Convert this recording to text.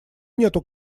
нету